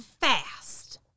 fast